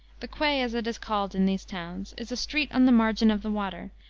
the quay, as it is called, in these towns, is a street on the margin of the water,